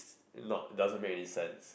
not doesn't make any sense